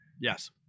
Yes